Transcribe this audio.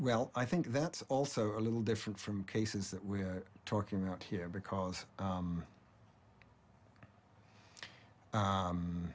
well i think that's also a little different from cases that we're talking about here because